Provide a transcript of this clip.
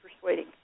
persuading